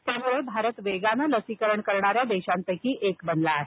त्यामुळे भारत वेगानं लसीकरण करणाऱ्या देशांपैकी एक बनला आहे